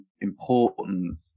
important